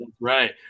Right